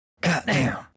Goddamn